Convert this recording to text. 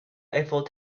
eiffel